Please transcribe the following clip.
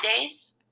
days